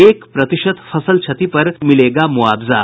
एक प्रतिशत फसल क्षति पर भी मिलेगा मुआवजा